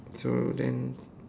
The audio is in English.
so then